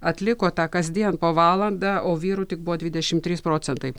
atliko tą kasdien po valandą o vyrų tik buvo dvidešim trys procentai